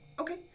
Okay